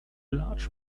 large